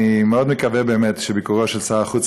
אני מאוד מקווה באמת שביקורו של שר החוץ